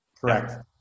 Correct